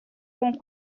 com